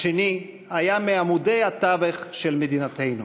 השני היה מעמודי התווך של מדינתנו.